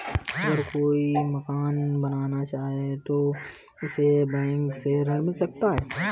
अगर कोई मकान बनाना चाहे तो उसे बैंक से ऋण मिल सकता है?